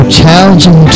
challenging